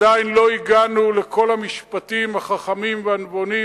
עדיין לא הגענו לכל המשפטים החכמים והנבונים,